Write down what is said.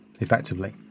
effectively